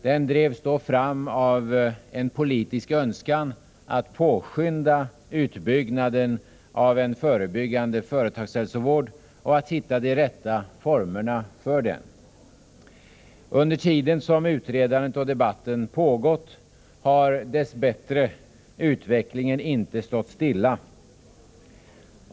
Den drevs fram av en politisk önskan att påskynda utbyggnaden av en förebyggande företagshälsovård och att hitta de rätta formerna för den. Under tiden som utredandet och debatten pågått har dess bättre utvecklingen inte stått stilla.